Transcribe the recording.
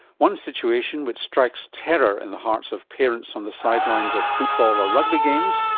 one situation which strikes terror in the hearts of parents on the sidelines of football or rugby games,